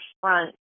front